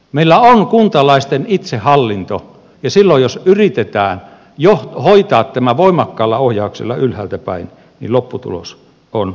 meillä on kuntalaisten itsehallinto ja silloin jos yritetään hoitaa tämä voimakkaalla ohjauksella ylhäältä päin niin lopputulos on huono